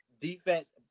defense